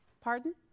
Pardon